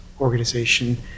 organization